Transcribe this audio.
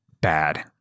bad